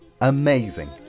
amazing